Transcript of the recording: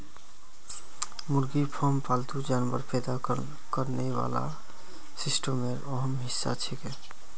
मुर्गी फार्म पालतू जानवर पैदा करने वाला सिस्टमेर अहम हिस्सा छिके